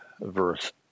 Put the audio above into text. verse